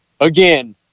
Again